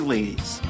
Ladies